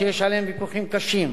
שיש עליהם ויכוחים קשים.